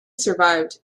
survived